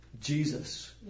Jesus